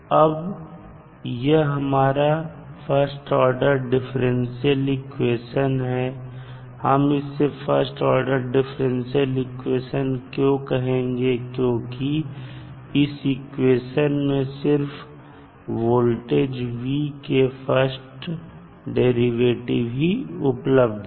अब यह हमारा फर्स्ट ऑर्डर डिफरेंशियल इक्वेशन है हम इसे फर्स्ट ऑर्डर डिफरेंशियल इक्वेशन क्यों कहेंगे क्योंकि इस इक्वेशन में सिर्फ वोल्टेज v के फर्स्ट डेरिवेटिव ही उपलब्ध है